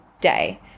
day